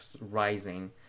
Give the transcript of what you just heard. rising